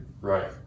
Right